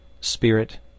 Spirit